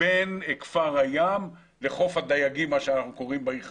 בין כפר הים לחוף הדייגים כפי שהוא נקרא בעיר חדרה.